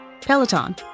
Peloton